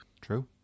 True